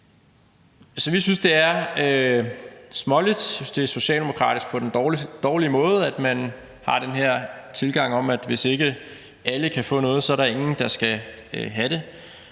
Så vi synes, det er småligt. Jeg synes, det er socialdemokratisk på den dårlige måde, at man har den her tilgang om, at hvis ikke alle kan få noget, så skal ingen have det.